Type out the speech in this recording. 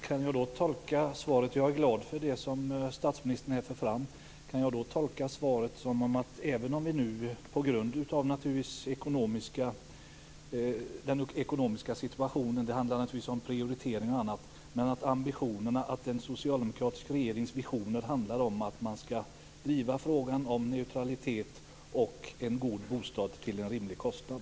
Fru talman! Jag är glad för det som statsministern för fram. På grund av den ekonomiska situationen handlar det naturligtvis om prioritering och annat, men kan jag tolka svaret som att en socialdemokratisk regerings visioner handlar om att man skall driva frågan om neutralitet och en god bostad till en rimlig kostnad?